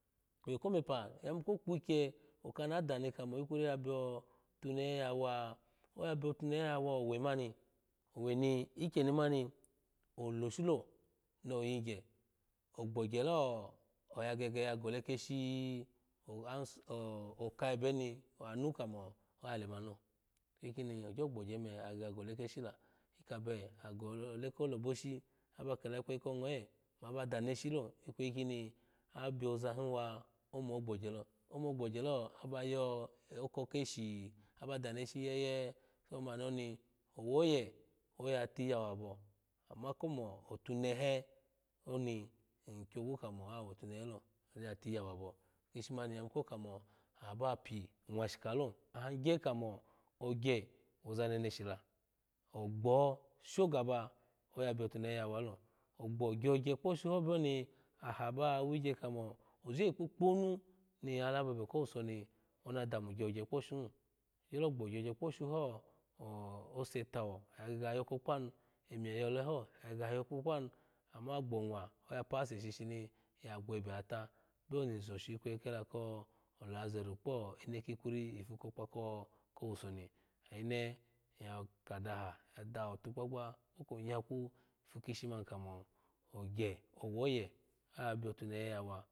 Owe ko mepa ya yimu ko kwikye oka mada mo ikwir ya biyo tunehe ya wa oya biyotunehe ya owe mani oweni ikyenima oloshu lo ni yigye ogbogyelo oya gege ya gole kesh asahi oka ebemi anu kamo oya lemanilo inkini ogyogboye me oya gege ya gole keshila ikabe ogole ko loboshi aba kela ikweyi ongoye maba danushi lo ikweyi koni abiyoza hiwa omogbogye lo om ogbogyelo aba yoko keshi aba danu ishe yeye ni mani oniowe oye oya tiyawo aba ama komo otunehe oni ikyogwu kamo oya aetunehe lo oya tiyuwo abo ishi mari iya yimu kamo abapi mwashikalo ahgye kamo ogye woza neneshi la ogbo oshogaba aya biyo tune he ya walo ogbo gyogye kposhuho biyo ni wha ba wigye kamo oje kpo-kponu ni ya labo ebe kowuso ni ona dami gyogye kposhuhi ogyogbo gyogye kposhu ha ose tuwo oyagege koyoko kpanu emiye yole ho ogh gege yoko kpanu ama gbo mwa oya pawase shishi ya gwebeta biyo ni izosho ikweyi ko lazarus ko inekwiri ipu ko kpa ko wusoni ayuine iya kadaha iya tahotu gbagba kpokonyaku ipu kishi mani ogye owe oya ya biyotunehe yawa